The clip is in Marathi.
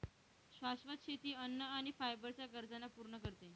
शाश्वत शेती अन्न आणि फायबर च्या गरजांना पूर्ण करते